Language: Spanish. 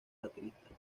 baterista